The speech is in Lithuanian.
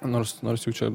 nors nors jų čia